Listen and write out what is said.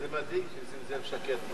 זה מדאיג שנסים זאב שקט.